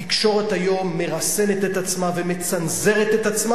התקשורת היום מרסנת את עצמה ומצנזרת את עצמה